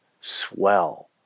swell